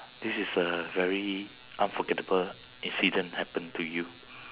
this is a very unforgettable incident happen to you